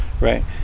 Right